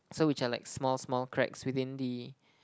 so which are like small small cracks within the